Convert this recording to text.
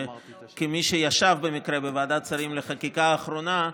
כמי שישב במקרה בוועדת השרים לחקיקה האחרונה,